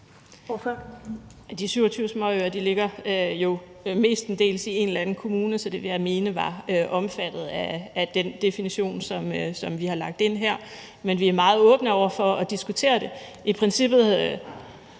De 27 småøer ligger jo mestendels i en eller anden kommune, så det ville jeg mene var omfattet af den definition, som vi har lagt ind her. Men vi er meget åbne over for at diskutere det.